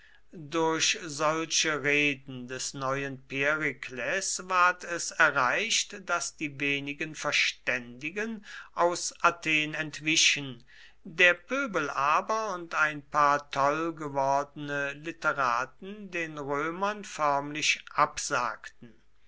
durch solche reden des neuen perikles ward es erreicht daß die wenigen verständigen aus athen entwichen der pöbel aber und ein paar toll gewordene literaten den römern förmlich absagten